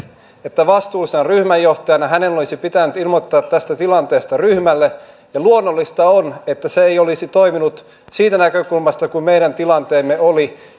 että vastuullisena ryhmänjohtajana hänen olisi pitänyt ilmoittaa tästä tilanteesta ryhmälle ja luonnollista on että se ei olisi toiminut siitä näkökulmasta kuin meidän tilanteemme oli